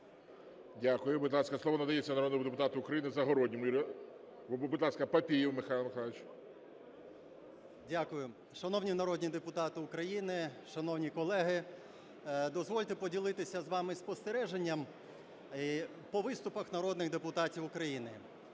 Дякую. Будь ласка, слово надається народному депутату України Загородньому Юрію… Будь ласка, Папієв Михайло Михайлович. 12:19:02 ПАПІЄВ М.М. Дякую. Шановні народні депутати України! Шановні колеги! Дозвольте поділитися з вами спостереженням по виступах народних депутатів України.